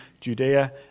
Judea